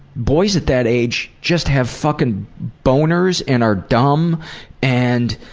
boys at that age just have fucking boners and are dumb and,